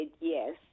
yes